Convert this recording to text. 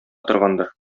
торгандыр